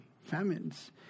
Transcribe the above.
famines